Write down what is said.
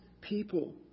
people